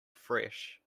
fresh